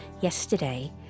yesterday